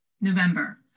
November